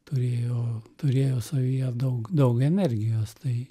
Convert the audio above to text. turėjo turėjo savyje daug daug energijos tai